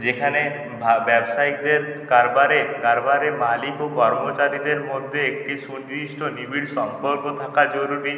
যেখানে ভা ব্যবসায়ীকদের কারবারে কারবারে মালিক ও কর্মচারীদের মধ্যে একটি সুদৃষ্ট নিবিড় সম্পর্ক থাকা জরুরি